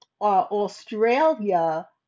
Australia